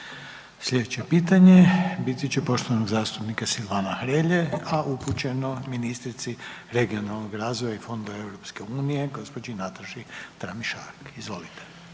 Slijedeće pitanje biti će poštovanog zastupnika Silvana Hrelje, a upućeno ministrici Regionalnog razvoja i Fondova EU, gđi. Nataši Tramišak, izvolite.